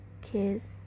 kiss